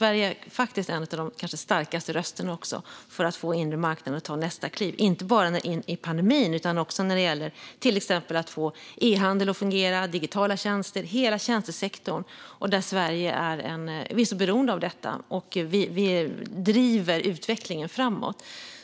Sverige är kanske en av de starkaste rösterna för att få den inre marknaden att ta nästa kliv, inte bara i pandemin utan också till exempel när det gäller att få e-handel att fungera samt när det gäller digitala tjänster och hela tjänstesektorn. Sverige är beroende av detta, och vi driver utvecklingen framåt.